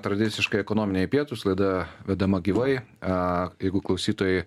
tradiciškai ekonominiai pietūs laida vedama gyvai jeigu klausytojai